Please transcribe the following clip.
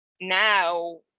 now